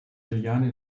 juliane